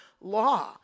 law